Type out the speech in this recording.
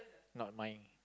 not mine